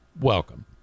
Welcome